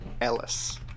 Ellis